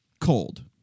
Cold